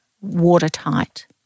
watertight